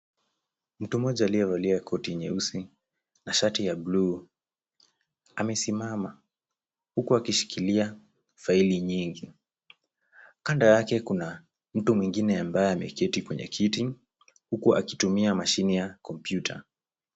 Mtu mmoja aliyevalia koti nyeusi na shati ya bluu, amesimama, huku akishikilia faili nyingi, kando yake kuna mtu mwingine ambaye ameketi kwenye kiti, huku akitumia mashine ya kompyuta.